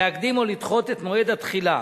להקדים או לדחות את מועד התחילה.